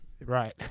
Right